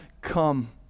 come